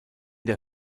der